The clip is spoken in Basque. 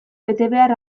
betebehar